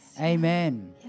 Amen